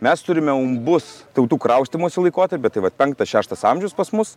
mes turime umbus tautų kraustymosi laikotarpiu bet tai vat penktas šeštas amžius pas mus